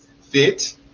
Fit